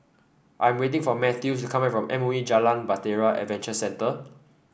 I am waiting for Mathews to come back from M O E Jalan Bahtera Adventure Centre